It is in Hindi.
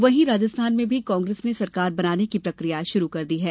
वहीं राजस्थान में भी कांग्रेस ने सरकार बनाने की प्रक्रिया शुरू कर दी है